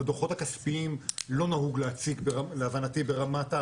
בדו"חות הכספיים לא נהוג להציג להבנתי ברמת,